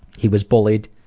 he was bullied,